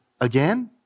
again